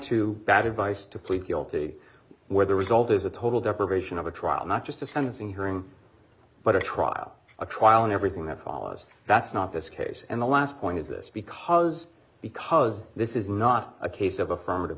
to bad advice to plead guilty where the result is a total deprivation of a trial not just a sentencing hearing but a trial a trial and everything that follows that's not this case and the last point is this because because this is not a case of affirmative